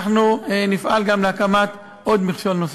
אנחנו נפעל גם להקמת מכשול נוסף.